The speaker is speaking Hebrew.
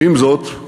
עם זאת,